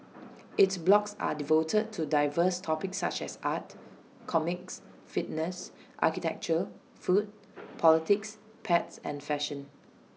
its blogs are devoted to diverse topics such as art comics fitness architecture food politics pets and fashion